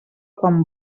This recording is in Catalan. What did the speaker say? quan